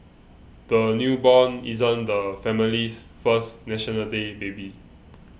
the newborn isn't the family's first National Day baby